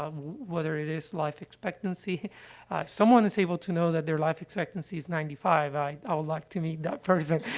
um whether it is life expectancy if someone is able to know that their life expectancy is ninety five, i i would like to meet that person.